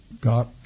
got